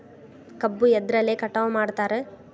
ಕಬ್ಬು ಎದ್ರಲೆ ಕಟಾವು ಮಾಡ್ತಾರ್?